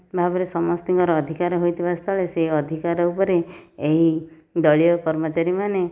ଭାବରେ ସମସ୍ତିଙ୍କର ଅଧିକାର ହୋଇଥିବା ସ୍ଥଳେ ସେ ଅଧିକାର ଉପରେ ଏହି ଦଳୀୟ କର୍ମଚାରୀମାନେ